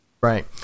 Right